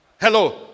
Hello